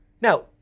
Now